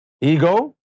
Ego